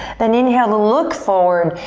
then inhale to look forward.